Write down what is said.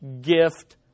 gift